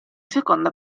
seconda